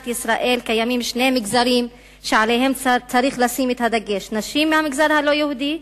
ישראל יש שני מגזרים שעליהם צריך לשים את הדגש: נשים מהמגזר הלא-יהודי,